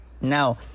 Now